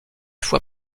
fois